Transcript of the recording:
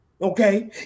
okay